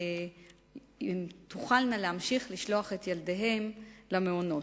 והן תוכלנה להמשיך לשלוח את ילדיהן למעונות.